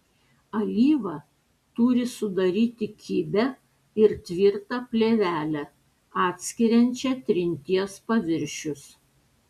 alyva turi sudaryti kibią ir tvirtą plėvelę atskiriančią trinties paviršius